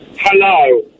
Hello